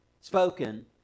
spoken